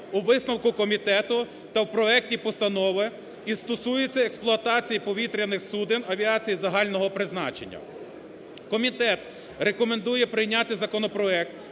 у висновку комітету та в проекті постанови і стосується експлуатації повітряних суден авіації загального призначення. Комітет рекомендує прийняти законопроект